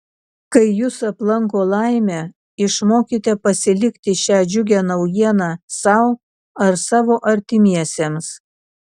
kai jus aplanko laimė išmokite pasilikti šią džiugią naujieną sau ar savo artimiesiems